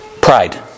Pride